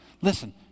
Listen